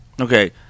okay